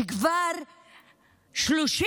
שכבר 30